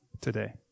today